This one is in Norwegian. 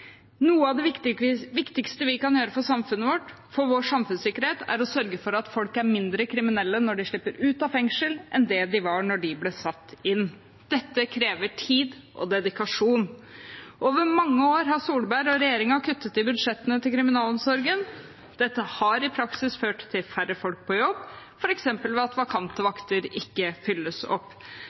Noe av det viktigste vi kan gjøre for samfunnet vårt, for vår samfunnssikkerhet, er å sørge for at folk er mindre kriminelle når de slipper ut av fengsel, enn de var da de ble satt inn. Dette krever tid og dedikasjon. Over mange år har Solberg og regjeringen kuttet i budsjettene til kriminalomsorgen. Dette har i praksis ført til færre folk på jobb, f.eks. ved at vakante vakter ikke fylles opp.